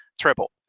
triple